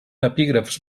epígrafs